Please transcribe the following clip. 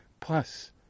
plus